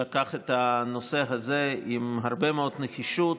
שלקח את הנושא הזה עם הרבה מאוד נחישות